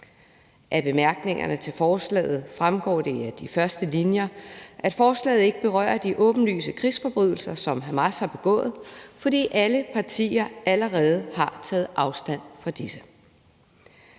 Af bemærkningerne til forslaget fremgår det af de første linjer, at forslaget ikke berører de åbenlyse krigsforbrydelser, som Hamas har begået, fordi alle partier allerede har taget afstand fra disse.